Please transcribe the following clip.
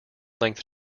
length